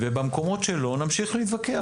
במקומות שלא, נמשיך להתווכח.